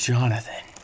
Jonathan